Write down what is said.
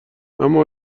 اما